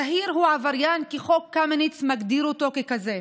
זהיר הוא עבריין כי חוק קמיניץ מגדיר אותו ככזה.